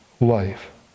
life